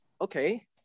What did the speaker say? okay